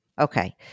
Okay